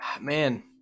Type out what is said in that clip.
Man